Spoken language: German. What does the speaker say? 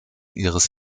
ihres